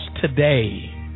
today